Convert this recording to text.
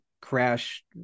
crash